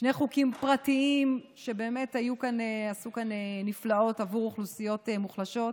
שני חוקים פרטיים עשו כאן נפלאות עבור אוכלוסיות מוחלשות: